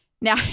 Now